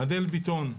אדל ביטון,